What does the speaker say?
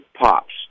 pops